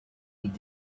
need